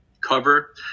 cover